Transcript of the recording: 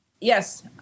Yes